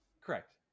Correct